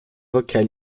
rückkehr